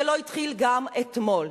זה לא התחיל גם אתמול,